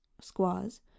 squaws